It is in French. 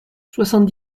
soixante